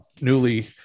newly